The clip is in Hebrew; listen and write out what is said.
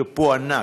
שאפו ענק.